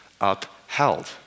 upheld